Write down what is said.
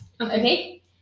Okay